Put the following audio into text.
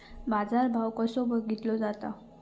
बाजार भाव कसो बघीतलो जाता?